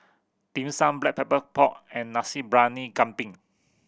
Dim Sum Black Pepper Pork and Nasi Briyani Kambing